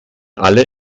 alle